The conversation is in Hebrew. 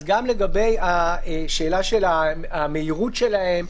אז גם לגבי השאלה של המהירות שלהן,